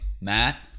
Matt